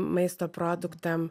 maisto produktam